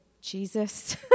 Jesus